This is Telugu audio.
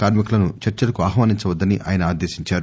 కార్మికులను చర్సలకు ఆహ్వానించవద్దని ఆయన ఆదేశించారు